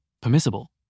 permissible